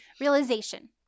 realization